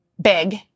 Big